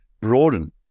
broaden